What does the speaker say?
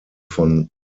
von